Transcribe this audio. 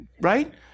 Right